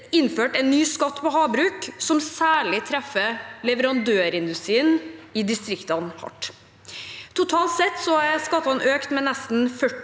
innført en ny skatt på havbruk som særlig treffer leverandørindustrien i distriktene hardt. Totalt sett er skattene økt med nesten 40